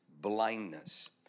blindness